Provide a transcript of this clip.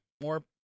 More